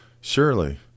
surely